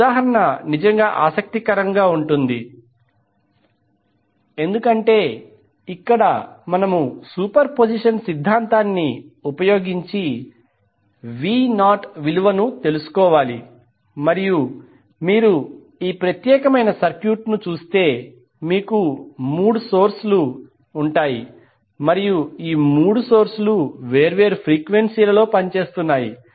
ఈ ఉదాహరణ నిజంగా ఆసక్తికరంగా ఉంటుంది ఎందుకంటే ఇక్కడ మనము సూపర్ పొజిషన్ సిద్ధాంతాన్ని ఉపయోగించి v0 విలువను తెలుసుకోవాలి మరియు మీరు ఈ ప్రత్యేకమైన సర్క్యూట్ను చూస్తే మీకు మూడు సోర్స్ లు ఉంటాయి మరియు ఈ మూడూ వేర్వేరు ఫ్రీక్వెన్సీ ల లో పనిచేస్తున్నాయి